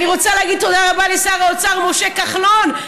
אני רוצה להגיד תודה רבה לשר האוצר משה כחלון,